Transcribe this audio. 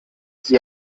sie